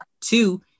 two